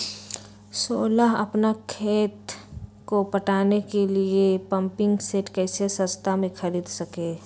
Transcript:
सोलह अपना खेत को पटाने के लिए पम्पिंग सेट कैसे सस्ता मे खरीद सके?